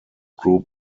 group